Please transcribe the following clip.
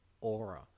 aura